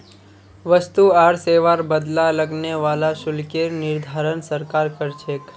वस्तु आर सेवार बदला लगने वाला शुल्केर निर्धारण सरकार कर छेक